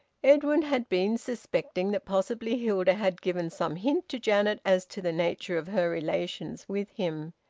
edwin had been suspecting that possibly hilda had given some hint to janet as to the nature of her relations with him.